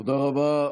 תודה רבה.